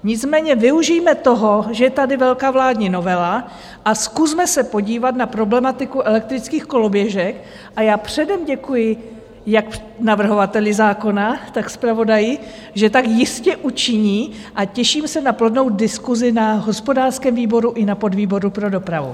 Nicméně využijme toho, že je tady velká vládní novela a zkusme se podívat na problematiku elektrických koloběžek a já předem děkuji jak navrhovateli zákona, tak zpravodaji, že tak jistě učiní, a těším se na plodnou diskusi na hospodářském výboru i na podvýboru pro dopravu.